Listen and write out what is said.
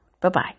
Bye-bye